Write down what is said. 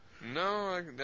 No